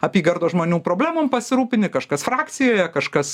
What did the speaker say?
apygardos žmonių problemom pasirūpini kažkas frakcijoje kažkas